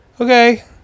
okay